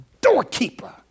doorkeeper